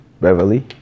Beverly